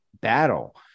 battle